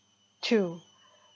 to